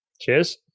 Cheers